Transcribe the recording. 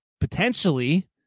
potentially